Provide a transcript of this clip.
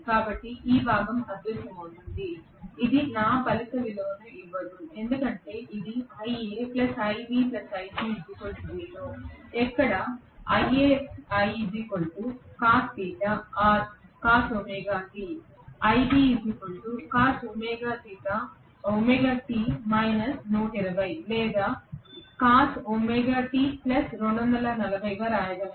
కాబట్టి ఈ భాగం అదృశ్యమవుతుంది ఇది నాకు ఫలిత విలువను ఇవ్వదు ఎందుకంటే ఇది ఎక్కడ or లేదా నేను వ్రాయగలను